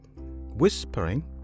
whispering